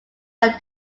our